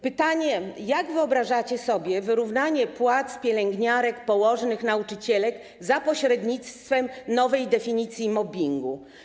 Pytanie: Jak wyobrażacie sobie wyrównanie płac pielęgniarek, położnych, nauczycielek za pośrednictwem nowej definicji mobbingu?